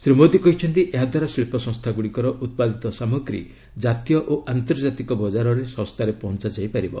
ଶ୍ରୀ ମୋଦୀ କହିଛନ୍ତି ଏହାଦ୍ୱାରା ଶିଳ୍ପ ସଂସ୍ଥାଗୁଡ଼ିକର ଉତ୍ପାଦିତ ସାମଗ୍ରୀ ଜାତୀୟ ଓ ଆନ୍ତର୍ଜାତିକ ବଜାରରେ ଶସ୍ତାରେ ପହଞ୍ଚାଯାଇ ପାରିବ